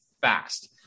fast